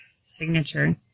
signature